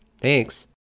Thanks